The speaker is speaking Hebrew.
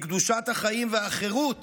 מקדושת החיים והחירות